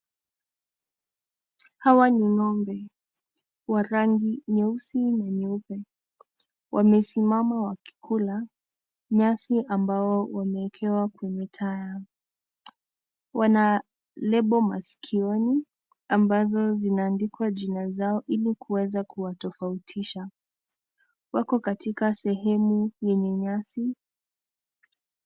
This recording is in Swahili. Hawa ni ng'ombe wa rangi nyeusi na nyeupe, wamesimama wakikula nyasi ambayo wameekewa kwenye tire ,wana lebo maskioni ambazo zinaandikwa jina zao ili kuweza kuwatofautisha, wako katika sehemu yenye nyasi.